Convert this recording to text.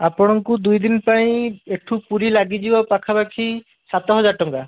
ଆପଣଙ୍କୁ ଦୁଇ ଦିନ ପାଇଁ ଏଠୁ ପୁରୀ ଲାଗିଯିବ ପାଖାପାଖି ସାତ ହଜାର ଟଙ୍କା